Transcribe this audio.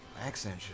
accent